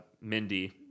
Mindy